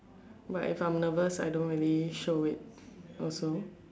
but if I'm nervous I don't really show it also